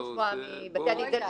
על זה צריך לשמוע מבתי הדין.